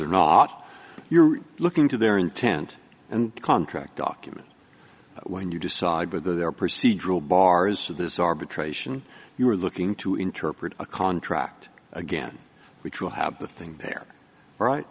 or not you're looking to their intent and contract document when you decide whether they're procedural bars for this arbitration you are looking to interpret a contract again which will have the thing there right